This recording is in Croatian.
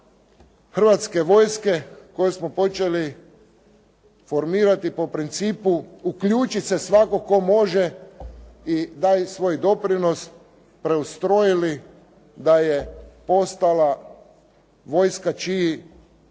Hrvatske vojske koju smo počeli formirati po principu uključi se svatko tko može i daj svoj doprinos preustrojili da je postala vojska čiji